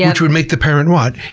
yeah which would make the parent what?